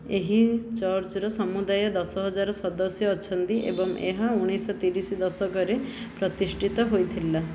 ଏହି ଚର୍ଚ୍ଚର ସମୁଦାୟ ଦଶହଜାର ସଦସ୍ୟ ଅଛନ୍ତି ଏବଂ ଏହା ଉଣେଇଶ ଶହ ତିରିଶ ଦଶକରେ ପ୍ରତିଷ୍ଠିତ ହୋଇଥିଲା